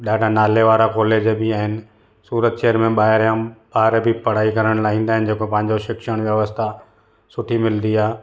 ॾाढा नाले वारा कॉलेज बि आहिनि सूरत शहर में ॿाहिरि जा ॿार बि पढ़ाई करणु लाई ईंदा आहिनि जेको पंहिंजो शिक्षण व्यवस्था सुठी मिलंदी आहे